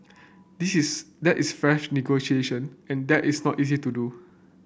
this is that is fresh negotiation and that is not easy to do